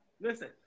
Listen